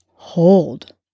Hold